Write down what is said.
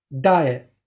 diet